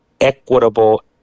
equitable